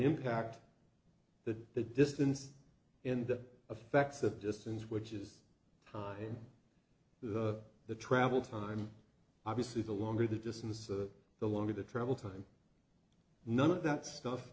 impact that the distance in that affects the distance which is time to the the travel time obviously the longer the distance of the longer the travel time none of that stuff